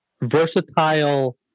versatile